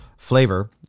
flavor